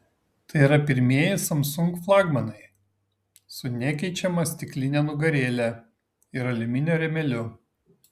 tai yra pirmieji samsung flagmanai su nekeičiama stikline nugarėle ir aliuminio rėmeliu